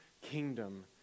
kingdom